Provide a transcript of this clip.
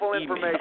email